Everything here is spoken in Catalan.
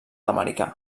americà